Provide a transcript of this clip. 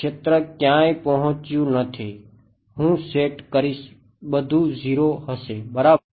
ક્ષેત્ર ક્યાંય પહોંચ્યું નથી હું સેટ કરીશ બધું 0 હશે બરાબર